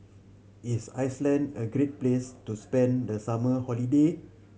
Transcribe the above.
is Iceland a great place to spend the summer holiday